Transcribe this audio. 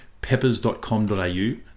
peppers.com.au